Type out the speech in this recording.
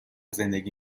زندگی